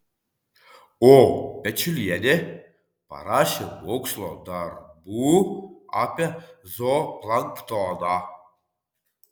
o pečiulienė parašė mokslo darbų apie zooplanktoną